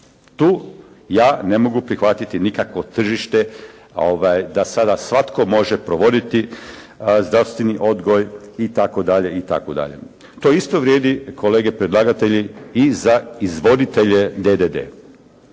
Tu ja ne mogu prihvatiti nikakvo tržište da sada svatko može provoditi zdravstveni odgoj itd., itd. To isto vrijedi, kolege predlagatelji i za izvoditelje DDD.